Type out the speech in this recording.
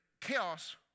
chaos